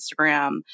Instagram